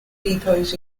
depots